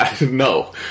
no